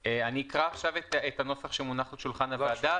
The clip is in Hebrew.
אקרא את נוסח הצעת החוק שמונח על שולחן הוועדה,